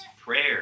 prayer